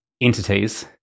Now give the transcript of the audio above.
entities